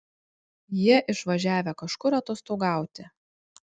jie išvažiavę kažkur atostogauti